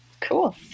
cool